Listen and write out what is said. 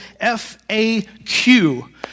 FAQ